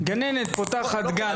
גננת פותחת גן,